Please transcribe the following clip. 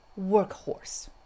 workhorse